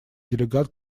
делегат